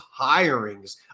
hirings